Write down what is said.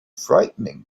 frightening